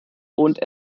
und